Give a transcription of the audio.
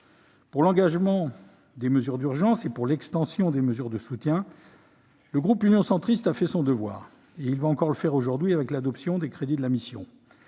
Pour l'engagement des mesures d'urgence et l'extension des mesures de soutien, le groupe Union Centriste a fait son devoir, et il va encore le faire aujourd'hui avec l'adoption des crédits de la mission.